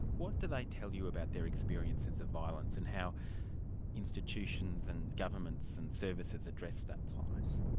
what do they tell you about their experiences of violence, and how institutions and governments and services address that plight?